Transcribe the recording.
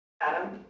adam